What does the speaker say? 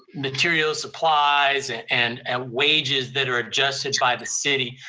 materials, supplies, and and ah wages that are adjusted by the city,